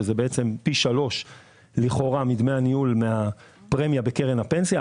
שזה בעצם פי שלוש מדמי הניהול בקרן הפנסיה,